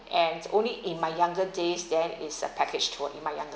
and only in my younger days then is a package tour in my